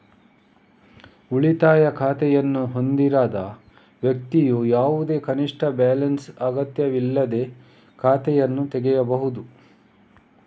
ಉಳಿತಾಯ ಖಾತೆಯನ್ನು ಹೊಂದಿರದ ವ್ಯಕ್ತಿಯು ಯಾವುದೇ ಕನಿಷ್ಠ ಬ್ಯಾಲೆನ್ಸ್ ಅಗತ್ಯವಿಲ್ಲದೇ ಖಾತೆಯನ್ನು ತೆರೆಯಬಹುದು